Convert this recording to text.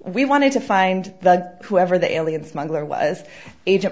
we wanted to find the whoever the alien smuggler was agent